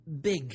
big